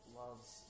loves